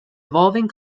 evolving